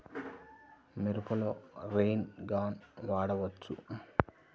మిరపలో rain gun వాడవచ్చా?